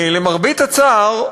למרבה הצער,